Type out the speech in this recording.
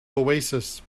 oasis